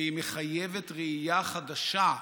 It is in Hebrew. והיא מחייבת ראייה חדשה.